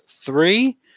three